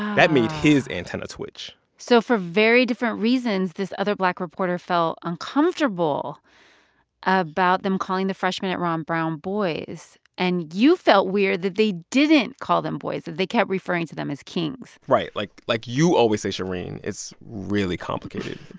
that made his antenna twitch so for very different reasons, this other black reporter felt uncomfortable about them calling the freshmen at ron brown boys. and you felt weird that they didn't call them boys, that they kept referring to them as kings right. like like you always say, shereen, it's really complicated.